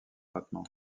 étroitement